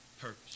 purpose